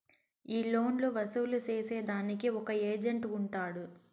ఈ లోన్లు వసూలు సేసేదానికి ఒక ఏజెంట్ ఉంటాడు